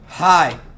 Hi